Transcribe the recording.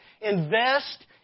Invest